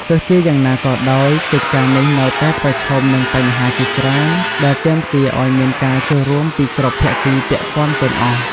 ទោះជាយ៉ាងណាក៏ដោយ កិច្ចការនេះនៅតែប្រឈមនឹងបញ្ហាជាច្រើនដែលទាមទារឱ្យមានការចូលរួមពីគ្រប់ភាគីពាក់ព័ន្ធទាំងអស់។